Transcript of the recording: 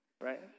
right